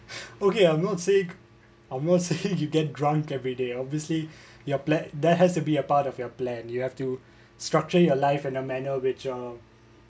okay I'm not saying I'm not saying you get drunk everyday obviously you're plan there has to be a part of your plan you have to structure your life in a manner which uh